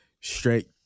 straight